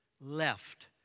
Left